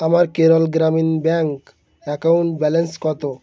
আমার Kerala Gramin bank account balance কত